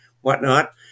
whatnot